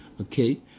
Okay